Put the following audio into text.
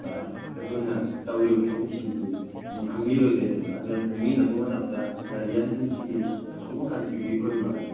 ꯑꯩꯈꯣꯏꯅ ꯇꯧꯔꯤꯕ ꯊꯕꯛꯁꯤꯡꯁꯤ ꯑꯃꯨꯛ ꯈꯪꯕꯤꯔꯣꯏꯗꯣꯏꯅꯦꯕ ꯑꯗꯨꯅ ꯑꯃꯨꯛ ꯈꯪꯕꯤꯅꯕ ꯍꯣꯠꯅꯕꯗ ꯒꯥꯔꯖꯤꯌꯥꯟꯁꯤꯡꯁꯤꯒꯤ ꯌꯥꯝ ꯑꯆꯧꯕ ꯀꯟꯇ꯭ꯔꯤꯕꯤꯌꯨꯠ ꯑꯣꯏꯕ